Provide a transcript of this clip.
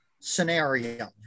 scenario